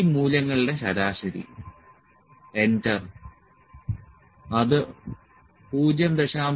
ഈ മൂല്യങ്ങളുടെ ശരാശരി എന്റർ അത് 0